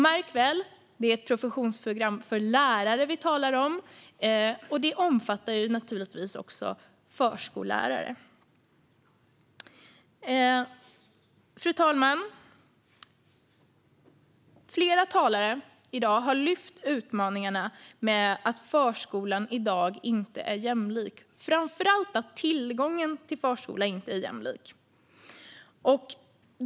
Märk väl att det är ett professionsprogram för lärare vi talar om, och det omfattar naturligtvis också förskollärare. Fru talman! Flera talare har lyft fram utmaningarna med att förskolan i dag inte är jämlik, framför allt att tillgången till förskolan inte är jämlik.